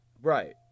Right